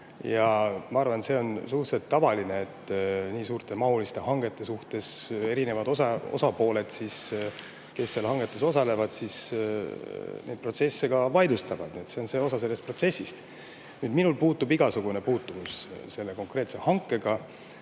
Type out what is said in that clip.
Ma arvan, et see on suhteliselt tavaline, et nii suuremahuliste hangete puhul erinevad osapooled, kes hangetes osalevad, neid protsesse ka vaidlustavad. See on osa sellest protsessist. Minul puudub igasugune puutumus selle konkreetse hankega.